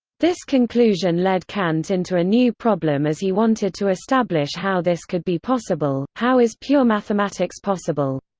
this conclusion led kant into a new problem as he wanted to establish how this could be possible how is pure mathematics possible?